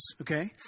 okay